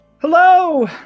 Hello